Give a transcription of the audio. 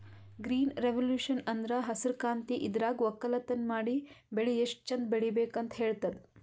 green revolution ಅಂದ್ರ ಹಸ್ರ್ ಕ್ರಾಂತಿ ಇದ್ರಾಗ್ ವಕ್ಕಲತನ್ ಮಾಡಿ ಬೆಳಿ ಎಷ್ಟ್ ಚಂದ್ ಬೆಳಿಬೇಕ್ ಅಂತ್ ಹೇಳ್ತದ್